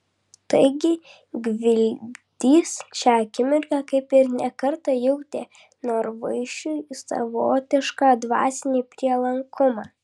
taigi gvildys šią akimirką kaip ir ne kartą jautė norvaišui savotišką dvasinį prielankumą